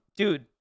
Dude